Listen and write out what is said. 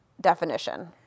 definition